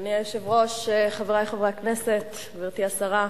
אדוני היושב-ראש, חברי חברי הכנסת, גברתי השרה,